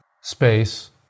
space